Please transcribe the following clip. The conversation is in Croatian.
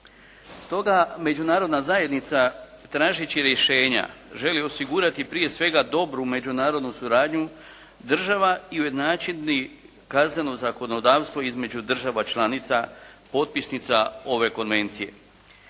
Stoga međunarodna zajednica tražeći rješenja želi osigurati prije svega dobru međunarodnu suradnju država i ujednačiti kazneno zakonodavstvo između država članica potpisnica ove konvencije,